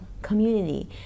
community